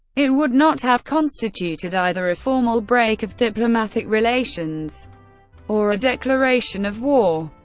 it would not have constituted either a formal break of diplomatic relations or a declaration of war.